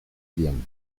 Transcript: diem